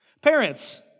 Parents